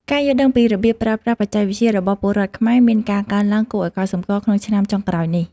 ការយល់ដឹងពីរបៀបប្រើប្រាស់បច្ចេកវិទ្យារបស់ពលរដ្ឋខ្មែរមានការកើនឡើងគួរឱ្យកត់សម្គាល់ក្នុងឆ្នាំចុងក្រោយនេះ។